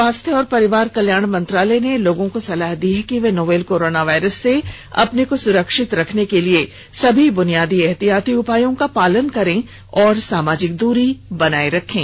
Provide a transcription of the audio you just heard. स्वास्थ्य और परिवार कल्याण मंत्रालय ने लोगों को सलाह दी है कि वे नोवल कोरोना वायरस से अपने को सुरक्षित रखने के लिए सभी बुनियादी एहतियाती उपायों का पालन करें और सामाजिक दूरी बनाए रखें